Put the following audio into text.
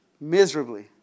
miserably